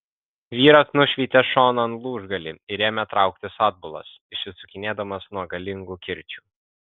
vyras nušveitė šonan lūžgalį ir ėmė trauktis atbulas išsisukinėdamas nuo galingų kirčių